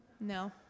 no